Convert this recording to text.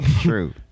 True